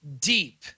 deep